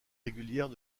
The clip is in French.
régulières